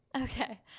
Okay